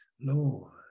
Lord